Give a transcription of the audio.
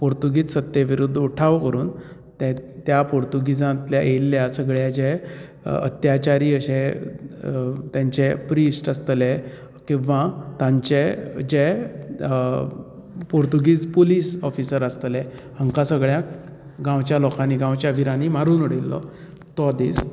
पोर्तुगेज सत्ते विरूद्ध उठाव करून ते त्या पुर्तूगेजांतल्या येल्या सगळ्यां जे अत्याचारी अशें तांचे प्रिस्ट आसतले किंवां तांचे जे पुर्तूगीज पुलीस ऑफीसर आसतले हांकां सगळ्यांक गांवच्या लोकांनी गांवच्या विरांनी मारून उडयल्लो तो दीस